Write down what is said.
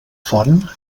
font